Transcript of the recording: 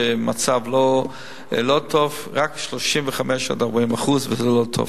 במצב לא טוב, רק 35% 40%, וזה לא טוב.